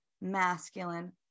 masculine